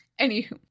Anywho